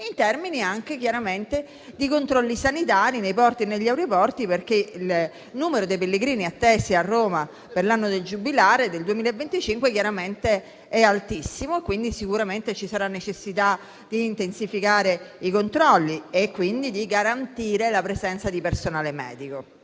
in termini di controlli sanitari nei porti e negli aeroporti. Questo perché il numero dei pellegrini attesi a Roma per l'anno giubilare 2025 è altissimo e sicuramente ci sarà necessità di intensificare i controlli e di garantire la presenza di personale medico.